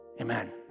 Amen